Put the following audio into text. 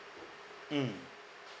mm